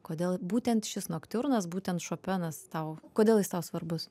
kodėl būtent šis noktiurnas būtent šopenas tau kodėl jis tau svarbus